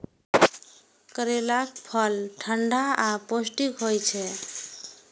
करैलाक फल ठंढा आ पौष्टिक होइ छै